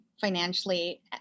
financially